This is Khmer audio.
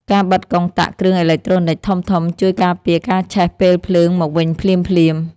ការបិទកុងតាក់គ្រឿងអេឡិចត្រូនិចធំៗ ជួយការពារការឆេះពេលភ្លើងមកវិញភ្លាមៗ។